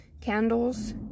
Candles